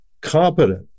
competent